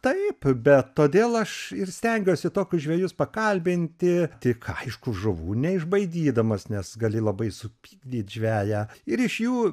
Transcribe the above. taip bet todėl aš ir stengiuosi tokius žvejus pakalbinti tik aišku žuvų neišbaidydamas nes gali labai supykdyt žveją ir iš jų